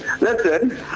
listen